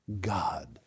God